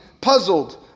puzzled